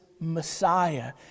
Messiah